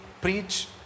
preach